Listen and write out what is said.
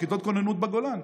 בכיתות כוננות בגולן.